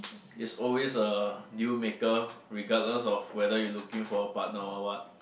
is always a deal maker regardless of whether you looking for a partner or what